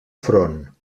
front